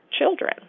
children